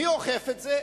מי אוכף את זה?